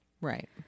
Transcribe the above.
Right